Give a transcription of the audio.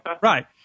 Right